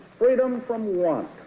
freedom from want,